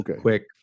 quick